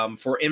um for him,